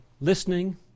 listening